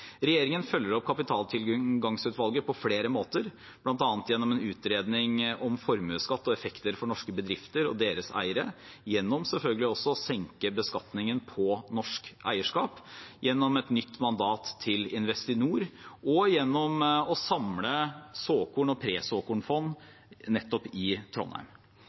Regjeringen følger opp kapitaltilgangsutvalget på flere måter, bl.a. gjennom en utredning om formuesskatt og effekter for norske bedrifter og deres eiere, gjennom selvfølgelig også å senke beskatningen på norsk eierskap, gjennom et nytt mandat til Investinor og gjennom å samle såkorn- og presåkornfond nettopp i Trondheim.